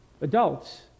Adults